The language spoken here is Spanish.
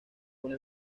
una